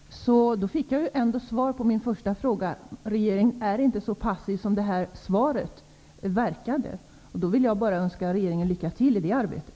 Herr talman! Därmed fick jag ändå svar på min första fråga. Regeringen är inte så passiv som det verkade av svaret. Då vill jag bara önska regeringen lycka till i det arbetet.